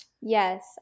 Yes